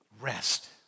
Rest